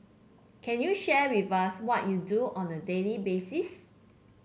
can you share with us what you do on a daily basis